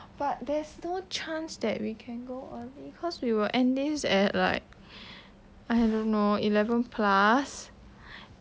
but there's no chance that we can go early cause we will end this at like I don't know eleven plus